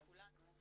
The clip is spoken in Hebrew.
לכולנו,